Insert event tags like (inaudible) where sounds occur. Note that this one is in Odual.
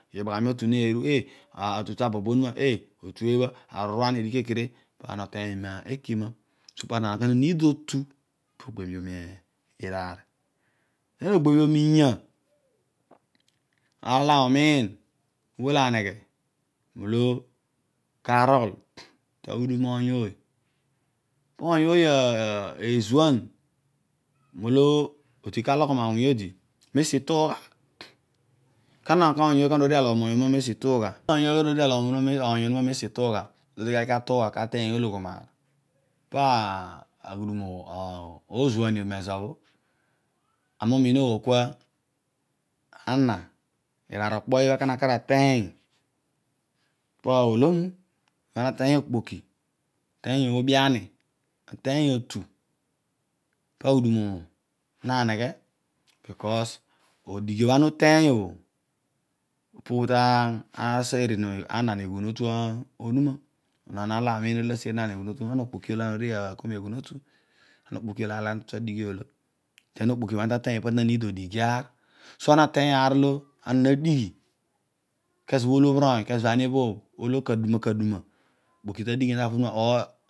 Ibaohami otu naru, eeh otu ta bobo onuma eeh otu ebha, aruruan nodigh kere kere, pana otoeny me ekima, pa ana na nid otu moghebhiom iraar den ogbebhiom inya (hesitation) aar olo ami umiin olo ugh aneghe molo karol ta ghudam oony ooy, po ooy ooy ezuan molo odi ka loghom awuny mosi itugha, aghudun mobho izuan mezo bho, ami umiin ughol kua ana, iraar okpo ibha ka ana na kar ateeny po olomu, ibha ana na teeny okpoki, ateeny oobi ani, ateey otu pa aghudun mobho ma neghe bkos odighi obho ana uteeny obho pebho ta aseeri meeghun onuma, okpoki olo ana oru dio anko meeghunotu, ana okpoki olo aar olo ana tatue adighi olo, so ane na ateeny olo ana na ateeny aar. Olo ana dighi kezo bzo olo bhir oony kezo ani obhobh ka aduma kaduma okpoki ta dighi ni ta avo onuma or.